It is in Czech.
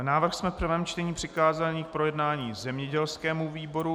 Návrh jsme ve druhém čtení přikázali k projednání zemědělskému výboru.